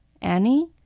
Annie